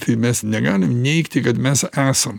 tai mes negalim neigti kad mes esam